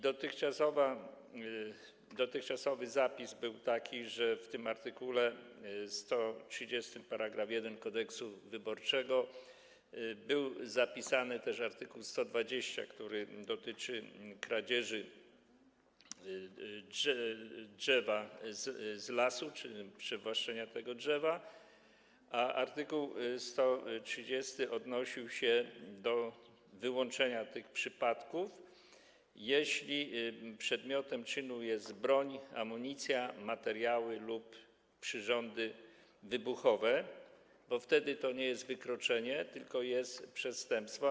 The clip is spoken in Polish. Dotychczasowy zapis był taki, że w tym art. 130 § 1 Kodeksu wyborczego był ujęty też art. 120, który dotyczy kradzieży drzewa z lasu czy przywłaszczenia tego drzewa, a art. 130 odnosił się do wyłączenia tych przypadków, jeśli przedmiotem czynu jest broń, amunicja, materiały lub przyrządy wybuchowe, bo wtedy to nie jest wykroczenie, tylko jest to przestępstwo.